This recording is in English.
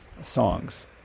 songs